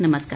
नमस्कार